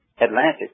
Atlantic